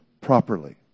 properly